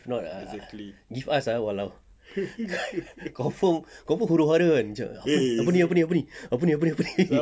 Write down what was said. if not ah if us ah !walao! confirm confirm huru-hara [one] macam apa ni apa ni apa ni apa ni apa ni apa ni